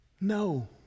No